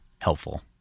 helpful